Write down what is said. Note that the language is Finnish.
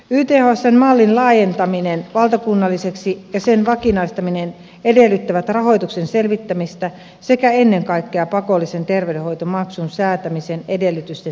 ythsn mallin laajentaminen valtakunnalliseksi ja sen vakinaistaminen edellyttävät rahoituksen selvittämistä sekä ennen kaikkea pakollisen terveydenhoitomaksun säätämisen edellytysten selvittämistä